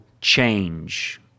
change